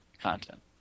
content